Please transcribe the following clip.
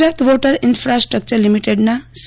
Gujarat water infrastructure લિમીટેડના C